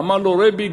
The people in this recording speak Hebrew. אמר לו: רבי,